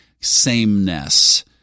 sameness